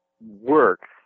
works